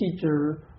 teacher